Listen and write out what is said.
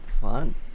Fun